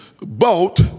boat